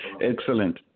Excellent